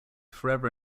forever